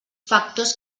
factors